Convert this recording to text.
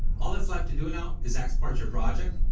all thats left to do now, is export your project,